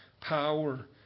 power